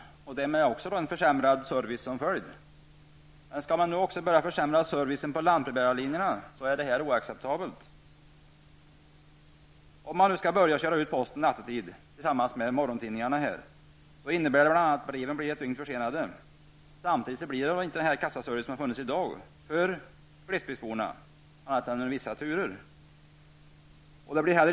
Det sker med en försämrad service som följd. Skall man nu också börja försämra servicen på lantbrevbärarlinjerna, är detta oacceptabelt. Skall man börja köra ut posten nattetid, tillsammans med morgontidningarna, innebär det bl.a. att breven blir ett dygn försenade. Samtidigt kan inte den kassaservice som finns i dag erbjudas glesbygdsborna annat än under vissa turer.